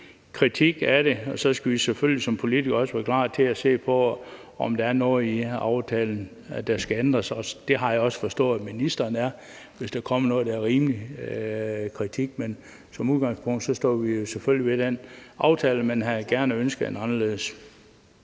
kritik af det, skal vi selvfølgelig som politikere også være klar til at se på, om der er noget i aftalen, der skal ændres. Det har jeg også forstået ministeren er, hvis der kommer noget rimelig kritik. Som udgangspunkt står vi selvfølgelig ved den aftale, men havde gerne ønsket en anderledes.